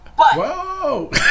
Whoa